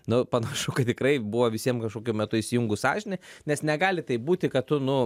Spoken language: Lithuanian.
nu panašu kad tikrai buvo visiem kažkokiu metu įsijungus sąžinė nes negali taip būti kad tu nu